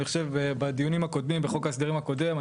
אני חושב בדיונים הקודמים בחוק ההסדרים הקודם.